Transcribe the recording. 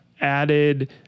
added